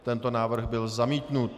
Tento návrh byl zamítnut.